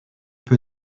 peu